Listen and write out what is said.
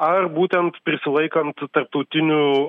ar būtent prisilaikant tarptautinių